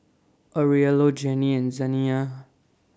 Aurelio Jennie and Zaniyah